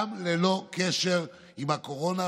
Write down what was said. גם ללא קשר לקורונה,